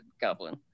goblin